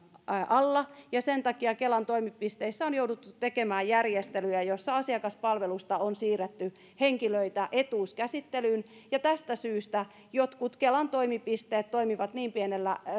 alla ja sen takia kelan toimipisteissä on jouduttu tekemään järjestelyjä joissa asiakaspalvelusta on siirretty henkilöitä etuuskäsittelyyn ja tästä syystä jotkut kelan toimipisteet toimivat niin pienillä